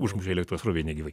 užmušė elektros srovė negyvai